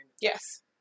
Yes